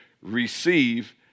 receive